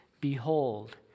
behold